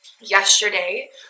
Yesterday